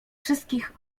wszystkich